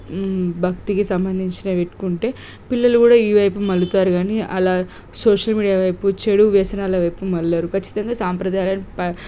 భక్తికి సంబంధించినవి పెట్టుకుంటే పిల్లలు కూడా ఈ వైపు మళ్ళుతారు కానీ అలా సోషల్ మీడియా వైపు చెడు వ్యసనాల వైపు మళ్ళరు ఖచ్చితంగా సాంప్రదాయాలను ప